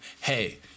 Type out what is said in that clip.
hey